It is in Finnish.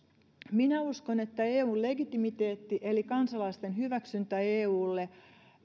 minä uskon että eun legitimiteetti eli kansalaisten hyväksyntä eulle